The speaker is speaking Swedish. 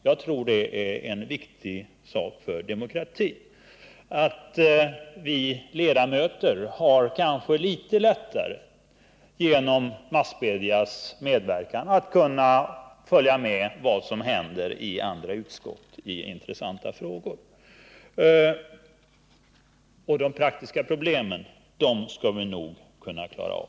Jag tror att detta är en viktig sak för demokratin. Vi ledamöter har genom massmedias medverkan litet lättare att följa med vad som händer i andra utskott i intressanta frågor, och de praktiska problemen i samband med detta skall vi nog kunna klara av.